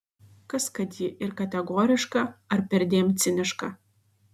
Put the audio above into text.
kas kad ji ir kategoriška ar perdėm ciniška